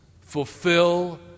fulfill